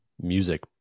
music